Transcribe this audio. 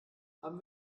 haben